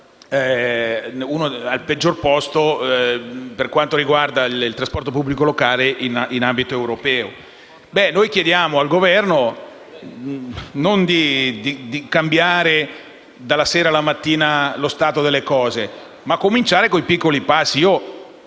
Roma all'ultimo posto per quanto riguarda il trasporto pubblico locale in ambito europeo. Chiediamo dunque al Governo non di cambiare dalla sera alla mattina lo stato delle cose, ma di cominciare a piccoli passi.